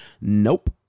Nope